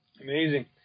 Amazing